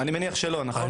אני מניח שלא, נכון?